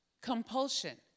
compulsion